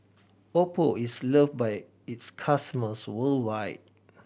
Oppo is loved by its customers worldwide